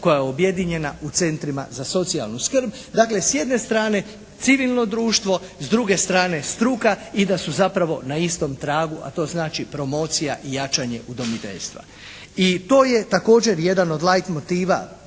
koja je objedinjena u centrima za socijalnu skrb. Dakle s jedne strane civilno društvo. S druge strane struka i da su zapravo na istom tragu, a to znači promocija i jačanje udomiteljstva. I to je također jedan od lajt motiva